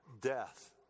death